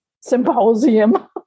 Symposium